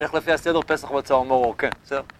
איך לפי הסדר פסח מצה ומרור, כן, בסדר?